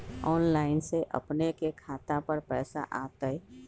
Online से अपने के खाता पर पैसा आ तई?